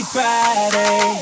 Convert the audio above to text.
Friday